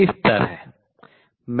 इस तरह